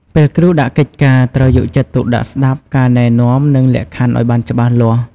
ពេលគ្រូដាក់កិច្ចការ ត្រូវយកចិត្តទុកដាក់ស្តាប់ការណែនាំ និងលក្ខខណ្ឌឱ្យបានច្បាស់លាស់។